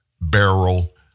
barrel